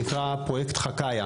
שנקרא פרוייקט "חכייא",